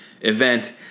event